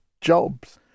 jobs